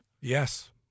Yes